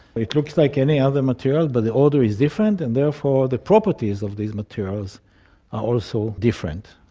it looks like any other material, but the order is different and therefore the properties of these materials are also different.